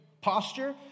posture